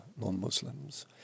non-Muslims